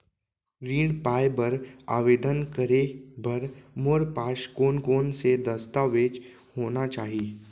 ऋण पाय बर आवेदन करे बर मोर पास कोन कोन से दस्तावेज होना चाही?